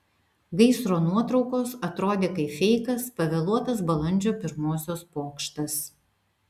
gaisro nuotraukos atrodė kaip feikas pavėluotas balandžio pirmosios pokštas